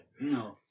No